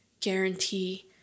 guarantee